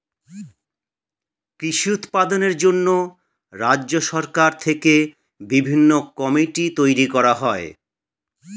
কৃষি উৎপাদনের জন্য রাজ্য সরকার থেকে বিভিন্ন কমিটি তৈরি করা হয়